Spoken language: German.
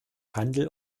handel